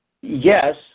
Yes